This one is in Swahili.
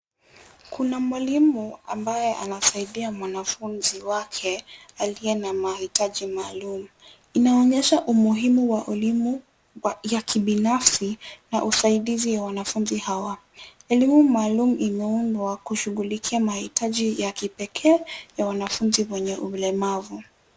Kuna mwalimu ambaye anasaidia mwanafunzi wake aliye na mahitaji maalum. Inaonyesha umuhimu wa elimu ya kibinafsi na usaidizi wa wanafunzi hawa. Elimu maalum imeundwa kushughulikia mahitaji ya kipekee ya wanafunzi mwenye ulemavu.